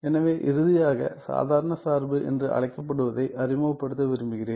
எனவே இறுதியாக சாதாரண சார்பு என்று அழைக்கப்படுவதை அறிமுகப்படுத்த விரும்புகிறேன்